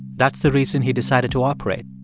that's the reason he decided to operate.